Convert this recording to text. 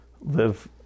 live